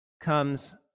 comes